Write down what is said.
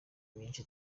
myinshi